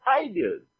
ideas